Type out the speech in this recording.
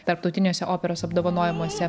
tarptautiniuose operos apdovanojimuose